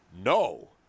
no—